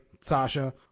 Sasha